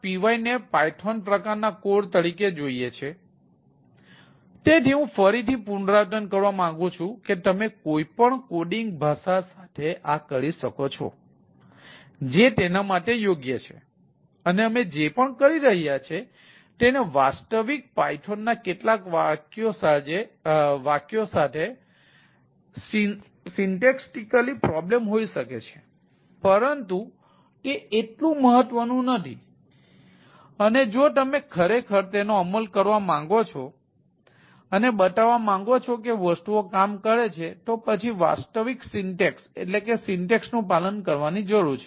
py ને પાયથોનનું પાલન કરવાની જરૂર છે